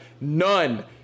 None